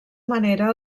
manera